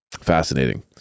Fascinating